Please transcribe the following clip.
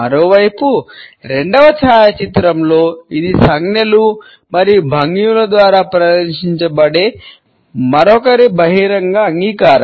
మరోవైపు రెండవ ఛాయాచిత్రంలో ఇది సంజ్ఞలు మరియు భంగిమల ద్వారా ప్రదర్శించబడే మరొకరి బహిరంగ అంగీకారం